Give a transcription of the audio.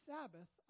Sabbath